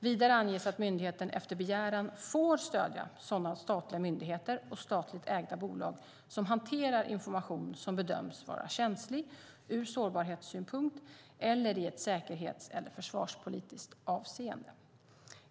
Vidare anges att myndigheten efter begäran får stödja sådana statliga myndigheter och statligt ägda bolag som hanterar information som bedöms vara känslig ur sårbarhetssynpunkt eller i ett säkerhets eller försvarspolitiskt avseende.